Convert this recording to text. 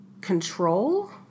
control